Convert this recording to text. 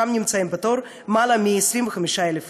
ושם נמצאים בתור למעלה מ-25,000 איש.